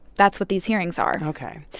that's what these hearings are ok.